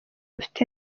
mfite